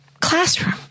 classroom